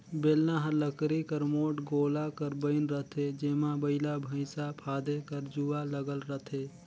बेलना हर लकरी कर मोट गोला कर बइन रहथे जेम्हा बइला भइसा फादे कर जुवा लगल रहथे